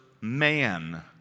man